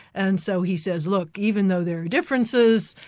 and so he says, look, even though there are differences,